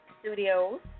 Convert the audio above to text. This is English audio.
Studios